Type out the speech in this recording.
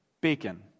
Bacon